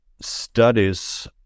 studies